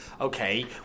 okay